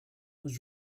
was